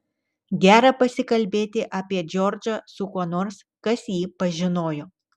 gera pasikalbėti apie džordžą su kuo nors kas jį pažinojo